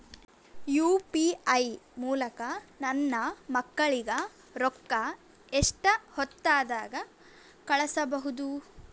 UPI ಮೂಲಕ ನನ್ನ ಮಕ್ಕಳಿಗ ರೊಕ್ಕ ಎಷ್ಟ ಹೊತ್ತದಾಗ ಕಳಸಬಹುದು?